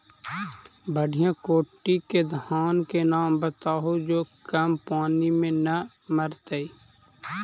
बढ़िया कोटि के धान के नाम बताहु जो कम पानी में न मरतइ?